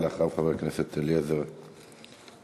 אחריו, חבר הכנסת אליעזר מוזס,